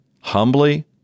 Humbly